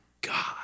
God